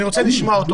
בבקשה.